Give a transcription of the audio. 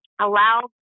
allow